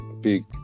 big